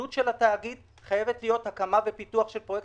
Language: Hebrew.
הפעילות של התאגיד חייבת להיות הקמה ופיתוח של פרויקט